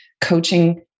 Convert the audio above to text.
Coaching